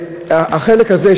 החלק הזה,